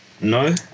No